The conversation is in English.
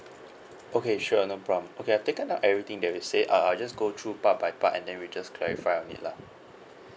okay sure no problem okay I have taken everything that you said uh I'll just go through part by part and then we'll just clarify on it lah